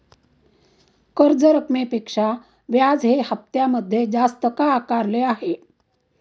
कर्ज रकमेपेक्षा व्याज हे हप्त्यामध्ये जास्त का आकारले आहे?